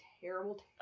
terrible